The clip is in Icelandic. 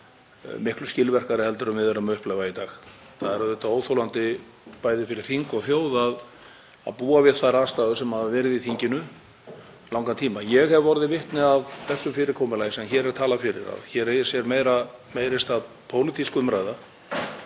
miklu skilvirkari en við erum að upplifa í dag. Það er auðvitað óþolandi, bæði fyrir þing og þjóð, að búa við þær aðstæður sem hafa verið í þinginu langan tíma. Ég hef orðið vitni að þessu fyrirkomulagi sem hér er talað fyrir, að hér eigi sér stað meiri pólitísk umræða